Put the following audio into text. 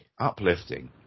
uplifting